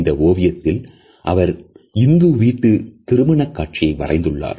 இந்த ஓவியத்தில் அவர் இந்து வீட்டு திருமண காட்சியை வரைந்துள்ளார்